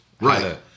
Right